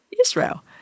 Israel